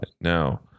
now